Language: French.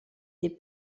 des